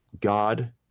God